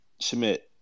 Schmidt